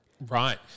Right